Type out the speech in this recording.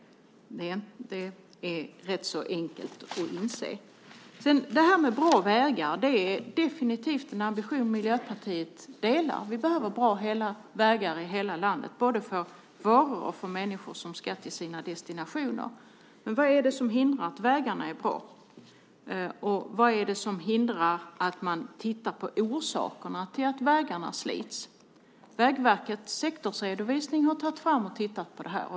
Det är rätt enkelt att inse detta. Detta med bra vägar är definitivt en ambition som Miljöpartiet delar. Vi behöver bra vägar i hela landet, både för varor och för människor som ska till sina destinationer. Men vad är det som hindrar att vägarna är bra? Och vad är det som hindrar att man tittar på orsakerna till att vägarna slits? Vägverket har i sin sektorsredovisning tittat på detta.